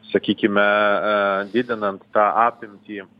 sakykime didinant tą apimtį